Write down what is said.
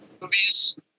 movies